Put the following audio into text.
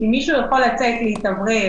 אם מישהו יכול לצאת, להתאוורר